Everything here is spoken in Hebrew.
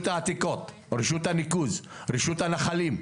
העתיקות, רשות הניקוז, רשות הנחלים,